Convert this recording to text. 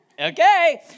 okay